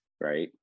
right